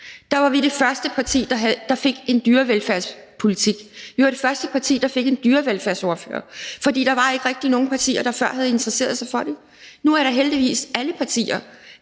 var vi det første parti, der fik en dyrevelfærdspolitik, og vi var det første parti, der fik en dyrevelfærdsordfører. Der var ikke rigtig nogen partier, der før havde interesseret sig for det. Nu er det heldigvis alle partier,